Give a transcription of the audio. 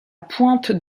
pointe